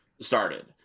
started